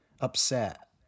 upset